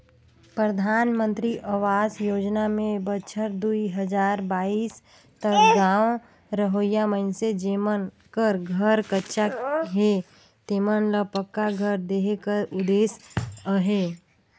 परधानमंतरी अवास योजना में बछर दुई हजार बाइस तक गाँव रहोइया मइनसे जेमन कर घर कच्चा हे तेमन ल पक्का घर देहे कर उदेस अहे